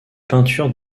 peintures